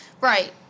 Right